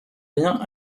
rien